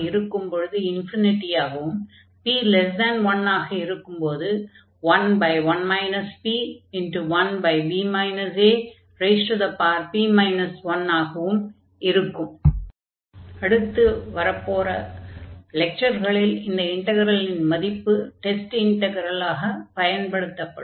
ab1x apdxϵ→0aϵb1x apdx ∞ p≥1 11 p1b ap 1 p1 அடுத்து வரப் போகிற லெக்சர்களில் இந்த இன்டக்ரலின் மதிப்பு டெஸ்ட் இன்டக்ரலாக பயன்படுத்தப்படும்